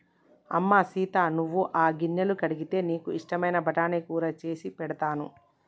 అమ్మ సీత నువ్వు ఆ గిన్నెలు కడిగితే నీకు ఇష్టమైన బఠానీ కూర సేసి పెడతాను